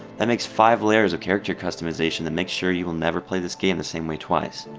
that makes five layers of character customization that makes sure you will never play this game the same way twice.